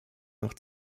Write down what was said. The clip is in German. noch